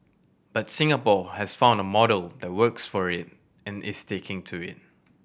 but Singapore has found a model that works for it and is sticking to it